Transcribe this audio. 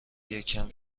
یکم